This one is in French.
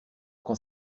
quand